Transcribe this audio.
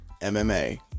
MMA